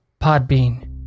podbean